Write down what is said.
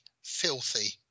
filthy